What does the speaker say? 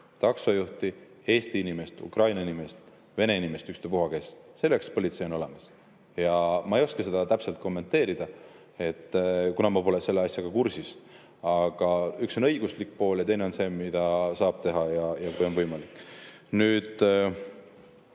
taksojuhti, Eesti inimest, Ukraina nimest, Vene inimest, ükspuha keda. Selleks politsei on olemas. Ma ei oska seda asja täpselt kommenteerida, kuna ma pole sellega kursis. Aga üks on õiguslik pool ja teine on see, mida saab teha, kui see on võimalik. Mis